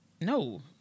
No